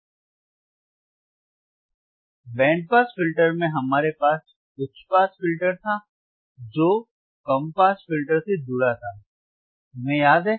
अब band pass filter में हमारे पास उच्च पास फिल्टर था जो कम पास फिल्टर से जुड़ा था तुम्हे याद है